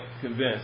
convinced